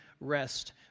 rest